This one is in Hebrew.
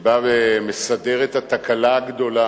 שבא ומסדר את התקלה הגדולה